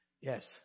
Yes